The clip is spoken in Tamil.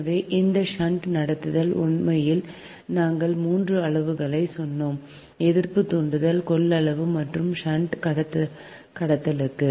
எனவே இந்த ஷன்ட் நடத்துதல் உண்மையில் நாங்கள் மூன்று அளவுருக்களைச் சொன்னோம் எதிர்ப்பு தூண்டல் கொள்ளளவு மற்றும் ஷன்ட் கடத்தலுக்கு